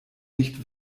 nicht